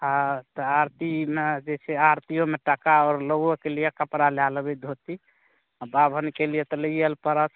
हँ तऽ आरतीमे जे छै आरतियोमे टका आओर नौओके लिए कपड़ा लए लेबै धोती आ बाभनके लिए तऽ लैये लऽ पड़त